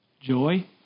Joy